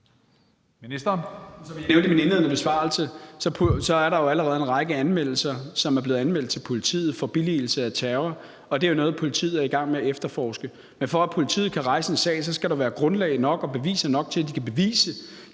Hummelgaard): Som jeg nævnte i min indledende besvarelse, er der jo allerede foretaget en række anmeldelser af billigelse af terror til politiet, og det er jo noget, politiet er i gang med at efterforske. Men for at politiet kan rejse en sag, skal der være grundlag nok og beviser nok, til at de kan bevise,